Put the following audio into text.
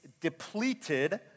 depleted